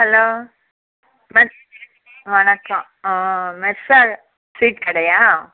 hello வணக்கம் மெர்ஷா sweet கடையா